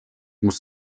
muss